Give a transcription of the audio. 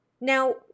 now